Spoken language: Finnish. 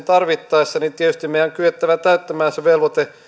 tarvittaessa niin tietysti meidän on kyettävä täyttämään se velvoite